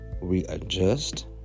readjust